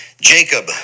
Jacob